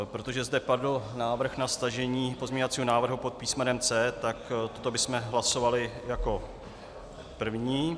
Protože zde padl návrh na stažení pozměňovacího návrhu pod písmenem C, tak to bychom hlasovali jako první.